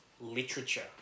literature